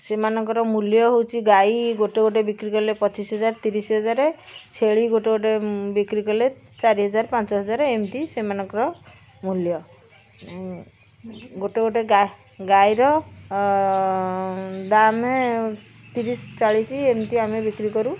ସେମାନଙ୍କର ମୂଲ୍ୟ ହେଉଛି ଗାଈ ଗୋଟେ ଗୋଟେ ବିକ୍ରି କଲେ ପଚିଶ ହଜାର ତିରିଶ ହଜାର ଛେଳି ଗୋଟେ ଗୋଟେ ବିକ୍ରି କଲେ ଚାରି ହଜାର ପାଞ୍ଚ ହଜାର ଏମିତି ସେମାନଙ୍କର ମୂଲ୍ୟ ଗୋଟେ ଗୋଟେ ଗାଃ ଗାଈର ଦାମ୍ ତିରିଶ ଚାଳିଶି ଏମିତି ଆମେ ବିକ୍ରି କରୁ